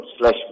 slash